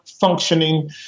functioning